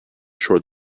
short